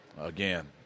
Again